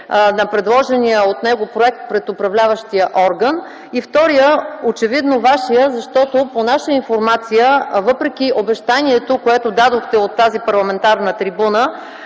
на предложения от него проект пред управляващия орган и вторият – очевидно Вашият, защото по наша информация, въпреки обещанието, което дадохте от тази парламентарна трибуна